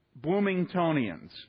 Bloomingtonians